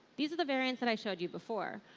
these are the variants that i showed you before.